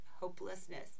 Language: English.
hopelessness